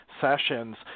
sessions –